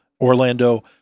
orlando